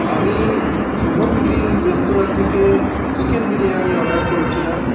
আমি Shubham grill restaurant থেকে chicken biryani order করেছিলাম